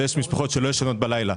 ויש משפחות שלא ישנות בלילה.